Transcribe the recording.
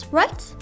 right